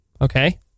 Okay